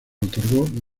otorgó